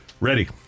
Ready